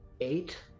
eight